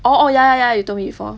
orh orh ya ya ya you told me before